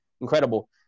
incredible